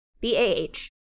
B-A-H